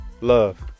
love